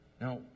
Now